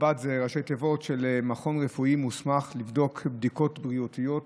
מרב"ד זה ראשי תיבות של מכון רפואי מוסמך לבדוק בדיקות בריאותיות